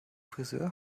frisör